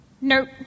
Nope